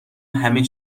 همه